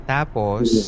Tapos